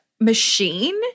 machine